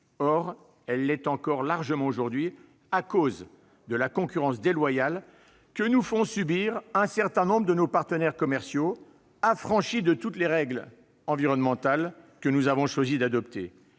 Or elle l'est encore largement aujourd'hui, à cause de la concurrence déloyale que nous fait subir un certain nombre de nos partenaires commerciaux, affranchis de toutes les règles environnementales que nous avons choisi d'adopter.